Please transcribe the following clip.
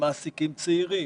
שמעסיקים צעירים,